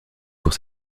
pour